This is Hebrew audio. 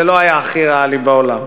זה לא היה הכי ריאלי בעולם.